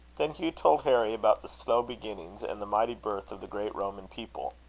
then hugh told harry about the slow beginnings and the mighty birth of the great roman people.